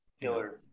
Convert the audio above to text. Killer